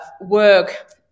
work